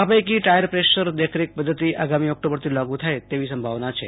આ પૈકો tyre pressure દેખરેખ પધ્ધતિ આગામી ઓકટોબરથી લાગુ થાય તની સંભાવના છે